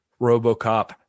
RoboCop